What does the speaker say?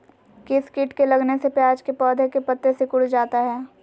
किस किट के लगने से प्याज के पौधे के पत्ते सिकुड़ जाता है?